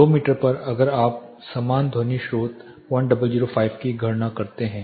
2 metre पर अगर आप समान ध्वनि स्रोत 0005 वाट की गणना करते हैं